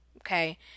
okay